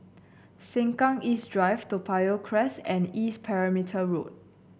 Sengkang East Drive Toa Payoh Crest and East Perimeter Road